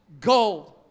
gold